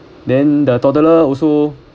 then the toddler also